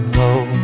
low